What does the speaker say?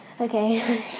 Okay